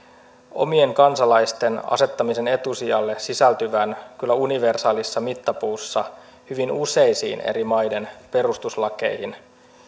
omien kansalaisten asettamisen etusijalle sisältyvän kyllä universaalissa mittapuussa hyvin useiden eri maiden perustuslakiin